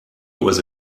was